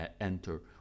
enter